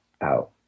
out